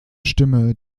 stimme